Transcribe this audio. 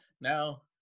now